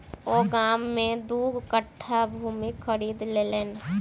ओ गाम में दू कट्ठा भूमि खरीद लेलैन